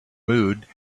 mood